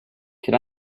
can